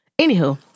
Anywho